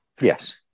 Yes